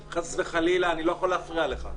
חס וחלילה, אני לא יכול להפריע לך.